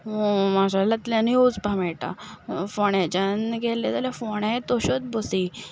माशेलांतल्यान वचपाक मेळटा फोंड्याच्यान गेलें जाल्यार फोंड्या तश्योच बशी